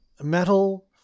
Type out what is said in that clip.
metal